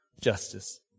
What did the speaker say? justice